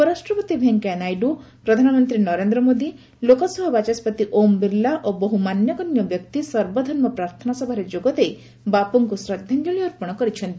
ଉପରାଷ୍ଟ୍ରପତି ଭେଙ୍କୟା ନାଇଡୁ ପ୍ରଧାନମନ୍ତ୍ରୀ ନରେନ୍ଦ୍ର ମୋଦୀ ଲୋକସଭା ବାଚସ୍କତି ଓମ୍ ବିର୍ଲା ଓ ବହୁ ମାନ୍ୟଗଣ୍ୟ ବ୍ୟକ୍ତି ସର୍ବଧର୍ମ ପ୍ରାର୍ଥନା ସଭାରେ ଯୋଗଦେଇ ବାପୁଙ୍କୁ ଶ୍ରଦ୍ଧାଞ୍ଜଳୀ ଅର୍ପଣ କରିଛନ୍ତି